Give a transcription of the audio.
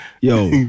yo